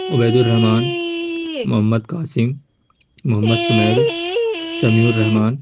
Ubaid ur Rahman Mohammad Qasim Mohammad Sumail Sami Rahman